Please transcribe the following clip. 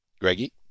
Greggy